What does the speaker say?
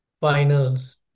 finals